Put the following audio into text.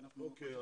אוקיי.